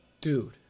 dude